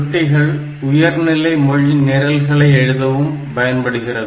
சுட்டிகள் உயர்நிலை மொழி நிரல்களை எழுது பயன்படுகிறது